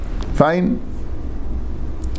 Fine